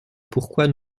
pourquoi